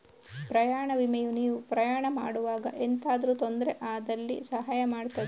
ಪ್ರಯಾಣ ವಿಮೆಯು ನೀವು ಪ್ರಯಾಣ ಮಾಡುವಾಗ ಎಂತಾದ್ರೂ ತೊಂದ್ರೆ ಆದಲ್ಲಿ ಸಹಾಯ ಮಾಡ್ತದೆ